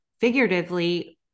figuratively